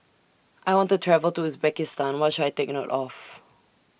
I want to travel to Uzbekistan What should I Take note of